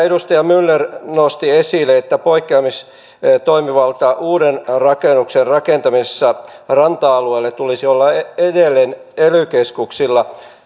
edustaja myller nosti esille että poikkeamistoimivallan uuden rakennuksen rakentamisessa ranta alueelle tulisi olla edelleen ely keskuksilla